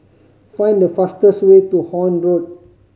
find the fastest way to Horne Road